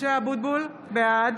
(קוראת בשמות חברי הכנסת) משה אבוטבול, בעד